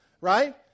Right